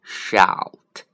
shout